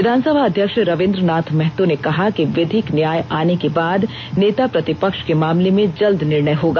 विधानसभा अध्यक्ष रवींद्रनाथ महतो ने कहा कि विधिक न्याय आने के बाद नेता प्रतिपक्ष के मामले में जल्द निर्णय होगा